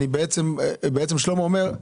בעצם שלמה אומר,